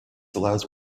allows